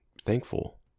thankful